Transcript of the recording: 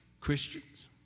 Christians